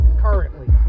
currently